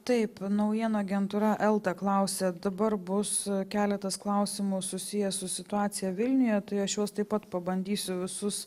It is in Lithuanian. taip naujienų agentūra elta klausia dabar bus keletas klausimų susiję su situacija vilniuje tai aš juos taip pat pabandysiu visus